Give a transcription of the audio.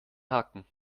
haken